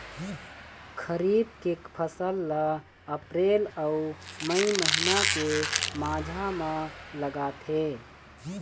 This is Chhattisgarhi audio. खरीफ के फसल ला अप्रैल अऊ मई महीना के माझा म लगाथे